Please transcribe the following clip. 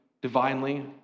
divinely